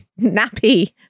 nappy